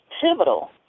pivotal